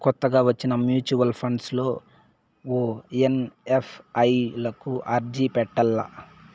కొత్తగా వచ్చిన mutual funds లో ఓ ఎన్.ఎఫ్.ఓ లకు అర్జీ పెట్టల్ల